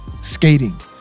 skating